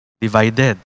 divided